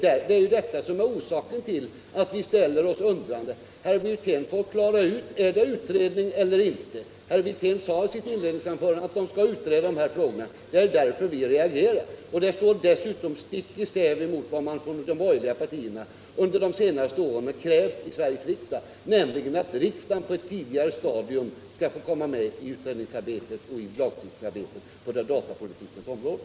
Herr Wirtén får klara ut begreppen: Är det en utredning eller inte? Herr Wirtén sade i sitt inledningsanförande att samrådsgruppen skall utreda dessa frågor, och det är därför vi reagerar. Det går dessutom stick i stäv mot vad man från de borgerliga partierna under de senaste åren har krävt i Sveriges riksdag, nämligen att riksdagen på ett tidigare stadium skall få komma med i utredningsarbetet på datapolitikens område.